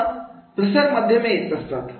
तेव्हा प्रसारणाची माध्यमे येत असतात